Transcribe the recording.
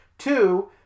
Two